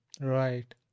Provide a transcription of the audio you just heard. right